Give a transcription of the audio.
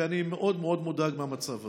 ואני מאוד מודאג מהמצב הזה.